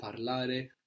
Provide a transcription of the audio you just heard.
parlare